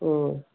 ಹ್ಞೂ